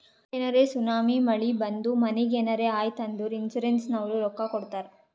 ಏನರೇ ಸುನಾಮಿ, ಮಳಿ ಬಂದು ಮನಿಗ್ ಏನರೇ ಆಯ್ತ್ ಅಂದುರ್ ಇನ್ಸೂರೆನ್ಸನವ್ರು ರೊಕ್ಕಾ ಕೊಡ್ತಾರ್